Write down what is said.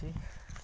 ᱠᱷᱟᱪᱪᱷᱤ